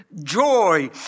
joy